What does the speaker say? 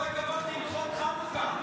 עם כל הכבוד להלכות חנוכה,